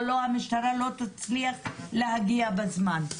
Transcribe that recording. או שהמשטרה לא תצליח להגיע בזמן.